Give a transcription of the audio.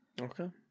okay